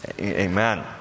Amen